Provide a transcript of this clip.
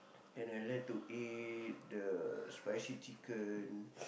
and I like to eat the spicy chicken